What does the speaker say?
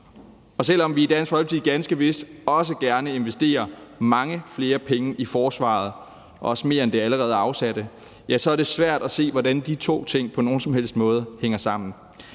Og selv om vi i Dansk Folkeparti ganske vist også gerne investerer mange flere penge i forsvaret, også mere end det allerede afsatte, så er det svært at se, hvordan de to ting på nogen som helst måde hænger sammen,